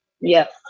Yes